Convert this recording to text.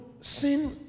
sin